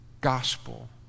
gospel